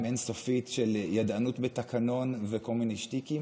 אין-סופית של ידענות בתקנון וכל מיני שטיקים.